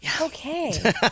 Okay